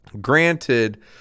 Granted